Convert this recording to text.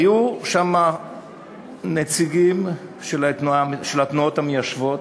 היו שם נציגים של התנועות המיישבות,